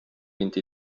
vint